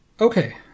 Okay